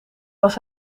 was